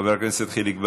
חבר הכנסת חיליק בר,